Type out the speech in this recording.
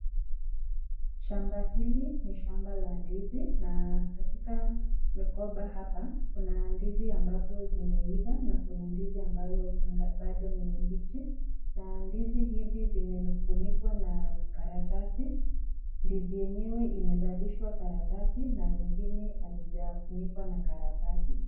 Shamba hili ni shamba la ndizi, na katika mikoba hapa, kuna ndizi ambazo zimeiva na kuna ndizi ambazo bado ni mbichi. Na ndizi hizi zimefunikwa na karatasi, ndizi yenyewe imevalishwa karatasi na zingine hazijafunikwa na karatasi.